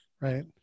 right